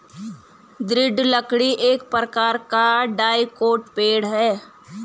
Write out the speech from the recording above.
दृढ़ लकड़ी एक प्रकार का डाइकोट पेड़ है